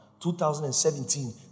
2017